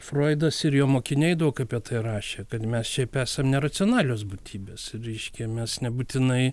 froidas ir jo mokiniai daug apie tai rašė kad mes šiaip esam neracionalios būtybės reiškia mes nebūtinai